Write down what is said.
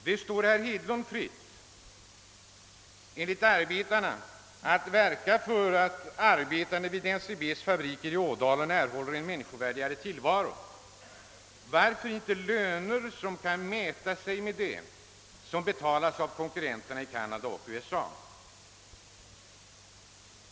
Det står — enligt arbetarna — herr Hedlund fritt att verka för att arbetarna vid NCB:s fabriker i Ådalen erhåller en människovärdigare tillvaro. Varför inte löner som kan mäta sig med dem som betalas av konkurrenterna i Kanada och USA?